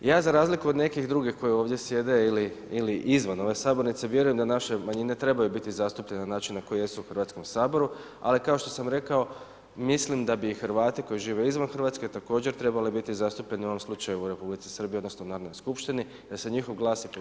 Ja za razliku od nekih drugih koji ovdje sjede ili izvan ove sabornice naše manjine trebaju biti zastupljene na koji jesu u HRvatskom saboru, ali kao što sam rekao mislim da bi Hrvati koji žive izvan Hrvatske također trebali biti zastupljeni u ovom slučaju u Republici Srbiji odnosno Narodnoj skupštini da se njihov glas i politički